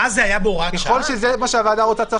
ככול שזה מה שהוועדה רוצה,